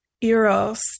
eros